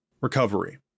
Recovery